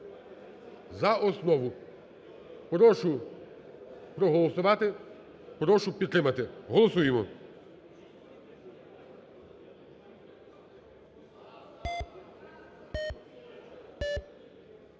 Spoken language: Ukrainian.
значення, прошу проголосувати, прошу підтримати. Голосуємо,